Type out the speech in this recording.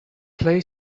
play